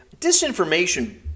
disinformation